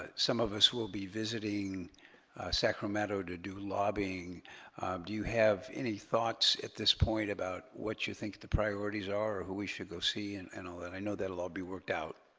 ah some of us will be visiting sacramento to do lobbying do you have any thoughts at this point about what you think the priorities are or who we should go see and and and i know that'll all be worked out